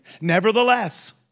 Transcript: Nevertheless